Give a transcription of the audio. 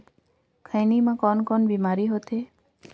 खैनी म कौन कौन बीमारी होथे?